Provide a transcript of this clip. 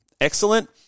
excellent